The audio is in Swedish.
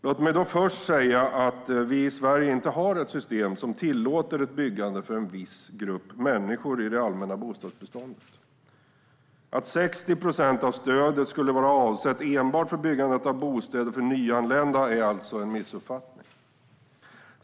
Låt mig först säga att vi i Sverige inte har ett system som tillåter byggande för en viss grupp människor i det allmänna bostadsbeståndet. Att 60 procent av stödet skulle vara avsett enbart för byggandet av bostäder för nyanlända är alltså en missuppfattning.